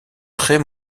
très